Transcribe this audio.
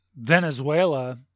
Venezuela